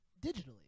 digitally